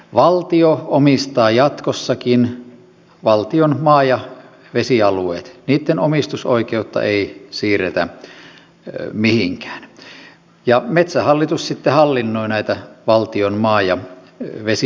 valtio omistaa jatkossakin valtion maa ja vesialueet niitten omistusoikeutta ei siirretä mihinkään ja metsähallitus sitten hallinnoi näitä valtion maa ja vesialueita